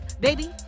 baby